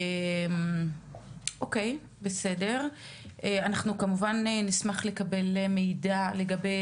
אנחנו כמובן נשמח לקבל מידע לגבי